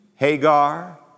Hagar